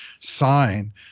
sign